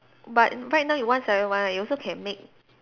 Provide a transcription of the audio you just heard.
but right now you one seven one you also can make